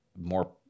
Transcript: more